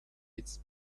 its